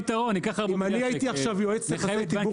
אם אני הייתי עכשיו יועץ יחסי ציבור